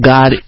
God